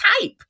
type